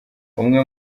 umwe